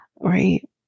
right